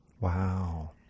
Wow